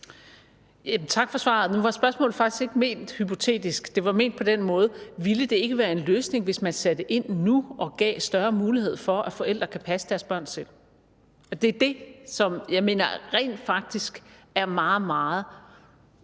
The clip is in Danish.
Tak for svaret. Nu var spørgsmålet faktisk ikke ment hypotetisk. Det var ment på den måde, om det ikke ville være en løsning, hvis man satte ind nu og gav større mulighed for, at forældre kan passe deres børn selv. Jeg mener rent faktisk, at det er meget,